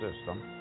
system